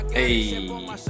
hey